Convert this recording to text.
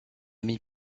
ami